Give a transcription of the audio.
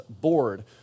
board